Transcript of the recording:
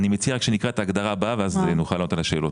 אני מציע שנקרא את ההגדרה הבאה ואז נוכל לענות על השאלות.